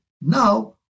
now